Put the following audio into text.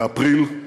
באפריל,